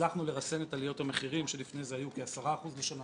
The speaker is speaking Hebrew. הצלחנו לרסן את עליות המחירים שלפני זה היו כ-10% לשנה,